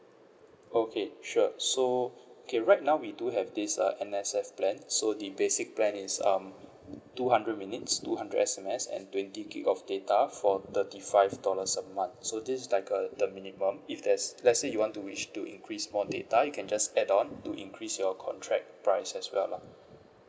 okay sure so okay right now we do have this uh N_S_F plan so the basic plan is um two hundred minutes two hundred S_M_S and twenty gig of data for thirty five dollars a month so this is like a the minimum if there's let's say you want to wish to increase more data you can just add on to increase your contract price as well lah